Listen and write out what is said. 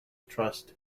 trust